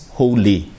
holy